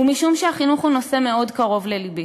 ומשום שהחינוך הוא נושא מאוד קרוב ללבי,